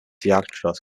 jagdschloss